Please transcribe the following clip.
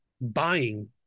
buying